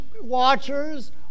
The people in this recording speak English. watchers